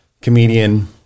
comedian